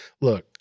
look